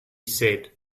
said